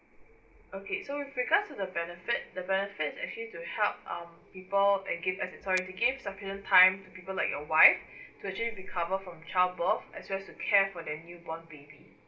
okay so with regards to the benefit the benefit is actually to help um people uh give as in sorry to give sufficient time to people like your wife to actually recover from childbirth as well as to care for their newborn baby